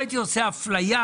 לא הייתי עושה אפליה,